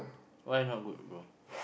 why not good bro